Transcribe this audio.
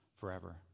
forever